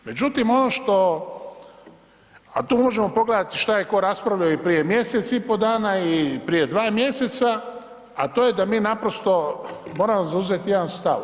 Međutim, ono što, a tu možemo pogledati što je tko raspravljao i prije mjesec i pol dana i prije 2 mjeseca, a to je da mi naprosto moramo zauzeti jedan stav.